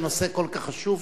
אני חושב שהנושא כל כך חשוב,